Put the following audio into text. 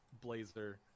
blazer